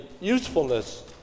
usefulness